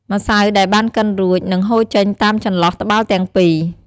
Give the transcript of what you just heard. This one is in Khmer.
ម្សៅដែលបានកិនរួច នឹងហូរចេញតាមចន្លោះត្បាល់ទាំងពីរ។